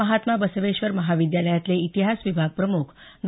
महात्मा बसवेश्वर महाविद्यालयातले इतिहास विभागप्रमुख डॉ